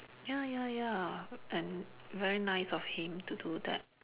ya ya ya and very nice of him to do that